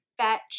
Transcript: fetch